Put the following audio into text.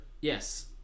yes